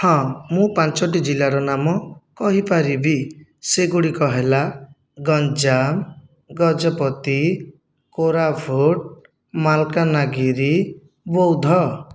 ହଁ ମୁଁ ପାଞ୍ଚଟି ଜିଲ୍ଲାର ନାମ କହିପାରିବି ସେଗୁଡ଼ିକ ହେଲା ଗଞ୍ଜାମ ଗଜପତି କୋରାପୁଟ ମାଲକାନଗିରି ବୌଦ୍ଧ